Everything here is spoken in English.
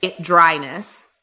dryness